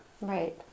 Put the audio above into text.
right